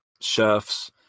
chefs